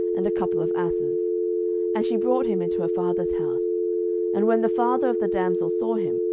and a couple of asses and she brought him into her father's house and when the father of the damsel saw him,